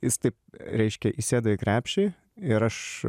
jis tai reiškia įsėdo į krepšį ir aš